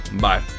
Bye